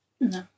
No